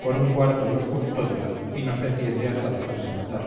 por un cuarto nos custodia y nos defiende hasta dejarse matar